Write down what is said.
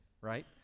right